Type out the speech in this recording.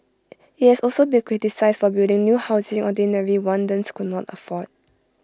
IT has also been criticised for building new housing ordinary Rwandans cannot afford